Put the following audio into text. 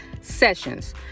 sessions